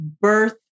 birth